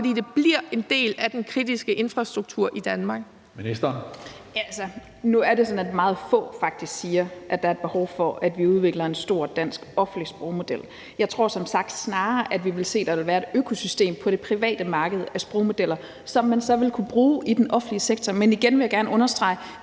(Karsten Hønge): Ministeren. Kl. 18:56 Digitaliseringsministeren (Marie Bjerre): Altså, nu er det sådan, at meget få faktisk siger, at der er et behov for, at vi udvikler en stor dansk offentlig sprogmodel. Jeg tror som sagt snarere, at vi vil se, at der på det private marked vil være et økosystem af sprogmodeller, som man så ville kunne bruge i den offentlige sektor. Men igen vil jeg gerne understrege,